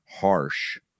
harsh